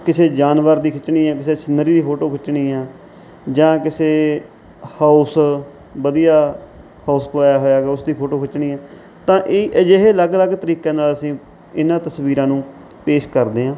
ਕਿਸੇ ਜਾਨਵਰ ਦੀ ਖਿੱਚਣੀ ਹੈ ਕਿਸੇ ਸਿਨਰੀ ਦੀ ਫੋਟੋ ਖਿੱਚਣੀ ਹੈ ਜਾਂ ਕਿਸੇ ਹਾਊਸ ਵਧੀਆ ਹਾਊਸ ਪਾਇਆ ਹੋਇਆ ਹੈਗਾ ਉਸਦੀ ਫੋਟੋ ਖਿੱਚਣੀ ਹੈ ਤਾਂ ਇਹ ਅਜਿਹੇ ਅਲੱਗ ਅਲੱਗ ਤਰੀਕਿਆਂ ਨਾਲ ਅਸੀਂ ਇਨ੍ਹਾਂ ਤਸਵੀਰਾਂ ਨੂੰ ਪੇਸ਼ ਕਰਦੇ ਹਾਂ